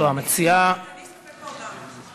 לא, המציעה, אני אסתפק בהודעה.